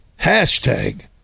Hashtag